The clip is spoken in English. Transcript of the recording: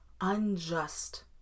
unjust